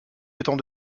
étant